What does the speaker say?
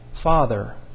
Father